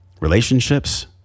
relationships